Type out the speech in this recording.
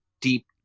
deep